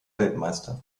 weltmeister